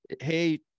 Hey